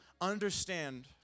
understand